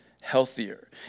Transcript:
healthier